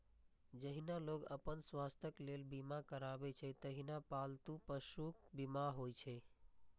जहिना लोग अपन स्वास्थ्यक लेल बीमा करबै छै, तहिना पालतू पशुक बीमा होइ छै